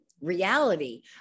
reality